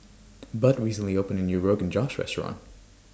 Bud recently opened A New Rogan Josh Restaurant